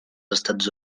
estats